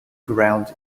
ground